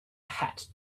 hat